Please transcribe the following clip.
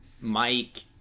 Mike